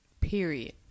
Period